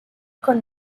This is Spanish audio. con